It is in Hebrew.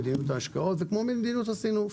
מדיניות השקעות ומדיניות סינוף.